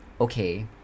okay